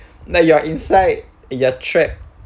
that you are inside you are trap